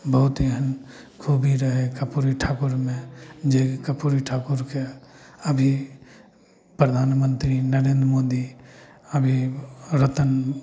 बहुत एहन खूबी रहय कर्पूरी ठाकुरमे जे कर्पूरी ठाकुरके अभी प्रधानमन्त्री नरेन्द्र मोदी अभी रतन